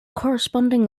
corresponding